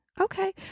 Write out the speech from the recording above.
okay